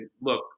look